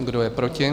Kdo je proti?